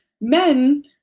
men